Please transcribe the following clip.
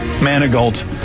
Manigault